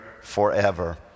forever